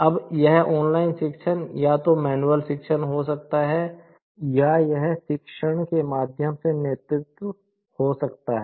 अब यह ऑनलाइन शिक्षण या तो मैनुअल शिक्षण हो सकता है या यह शिक्षण के माध्यम से नेतृत्व हो सकता है